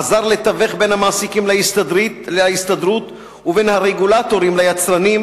עזר לתווך בין המעסיקים להסתדרות ובין הרגולטורים ליצרנים,